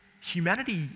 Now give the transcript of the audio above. Humanity